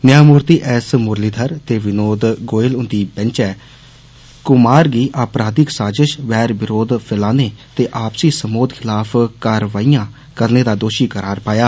न्यांमूर्ति S Muralidhar ते विनोद गोयल हुन्दी bench ने कुमार गी आपराधिक साजिष बैर विराध फैलाने ते आपसी समोध खिलाफ कारवाइयां करने दा दोशी करार पाया